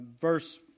verse